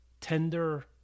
tender